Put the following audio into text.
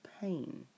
pain